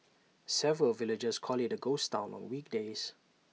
several villagers call IT A ghost Town on weekdays